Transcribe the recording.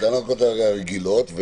תקנות רגילות.